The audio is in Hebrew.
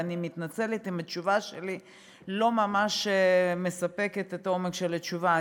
ואני מתנצלת אם התשובה שלי לא ממש מספקת את העומק של התשובה.